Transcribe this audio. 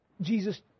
Jesus